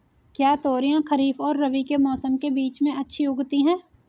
क्या तोरियां खरीफ और रबी के मौसम के बीच में अच्छी उगती हैं?